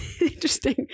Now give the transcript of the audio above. Interesting